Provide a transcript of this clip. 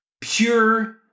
pure